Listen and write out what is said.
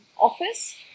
office